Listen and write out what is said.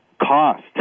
Cost